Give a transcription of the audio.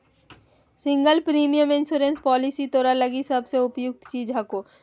single premium insurance policy तोरा लगी सबसे उपयुक्त चीज हको